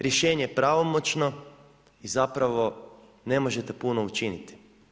Rješenje je pravomoćno i zapravo ne možete puno učiniti.